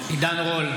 עידן רול,